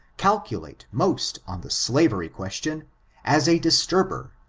calculate most on the slavery question as a disturber,